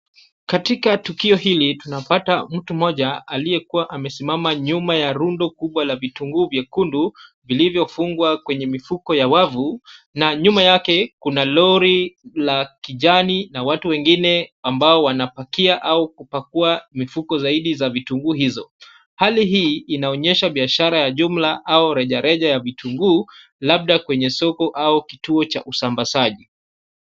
Katika tukio hili, tunapata mtu moja aliyekuwa amesimama nyuma ya rundo kubwa la vitunguu vyekundu, vilivyo fungwa kwenye mifuko ya wavu na nyuma yake Kuna lori la kijani na watu wengine ambao wanapakia au kupakuwa mifuko zaidi za vitunguu hizo. Hali hii inaonyesha biashara ya jumla au rejareja ya vitunguu labda kwenye soko au kwenye kituo cha usamashaji.